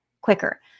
quicker